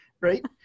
Right